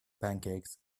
pancakes